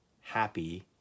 happy